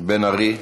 בן ארי,